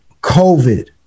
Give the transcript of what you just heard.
COVID